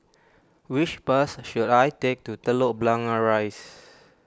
which bus should I take to Telok Blangah Rise